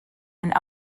and